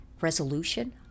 resolution